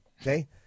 Okay